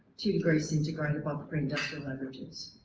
two degrees centigrade above pre-industrial averages.